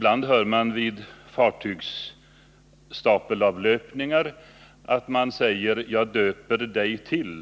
Vid fartygsstapelavlöpningar säger man ibland: Jag döper dig till .